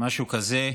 משהו כזה,